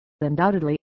Undoubtedly